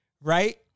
right